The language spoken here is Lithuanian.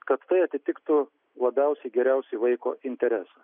kad tai atitiktų labiausiai geriausiai vaiko interesą